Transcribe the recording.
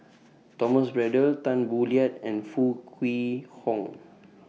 Thomas Braddell Tan Boo Liat and Foo Kwee Horng